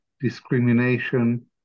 discrimination